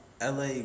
LA